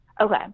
Okay